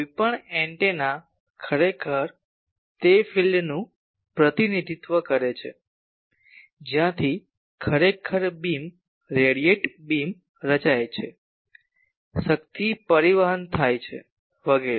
કોઈપણ એન્ટેના ખરેખર તે ફિલ્ડનું પ્રતિનિધિત્વ કરે છે જ્યાંથી ખરેખર બીમ રેડિયટેડ બીમ રચાય છે શક્તિ પરિવહન થાય છે વગેરે